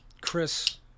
Chris